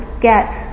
get